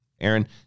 Aaron